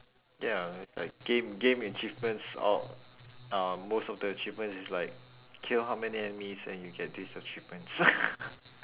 ya it's like game game achievements all um most of the achievement is like kill how many enemies and you get these achievements